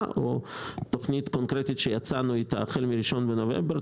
או תוכנית קונקרטית שיצאנו איתה החל מהראשון בנובמבר,